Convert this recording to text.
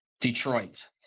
Detroit